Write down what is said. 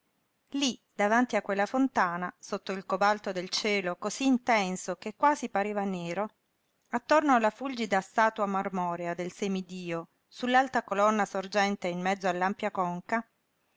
lí davanti a quella fontana sotto il cobalto del cielo cosí intenso che quasi pareva nero attorno alla fulgida statua marmorea del semidio su l'alta colonna sorgente in mezzo all'ampia conca